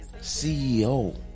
CEO